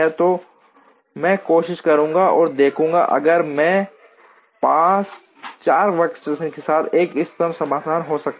तो मैं कोशिश करूंगा और देखूंगा अगर मेरे पास 4 वर्कस्टेशन के साथ एक इष्टतम समाधान हो सकता है